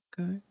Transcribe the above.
Okay